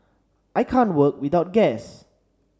I can't work without gas